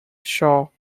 shaw